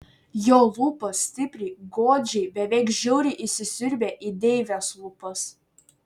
jo lūpos stipriai godžiai beveik žiauriai įsisiurbė į deivės lūpas